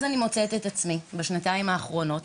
בשנתיים האחרונות,